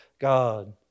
God